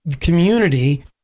community